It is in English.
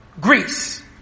Greece